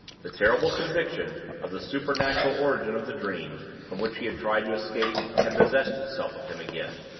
the terrible conviction of the supernatural origin of the dream, from which he had tried to escape, had possessed itself of him again.